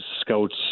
scouts